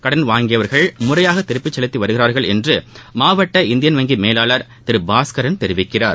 கடன் வாங்கியவர்கள் முறையாக திருப்பி செலுத்தி வருகிறா்கள் என்று மாவட்ட இந்தியன் வங்கி மேலாளர் திரு பாஸ்கரன் தெரிவிக்கிறார்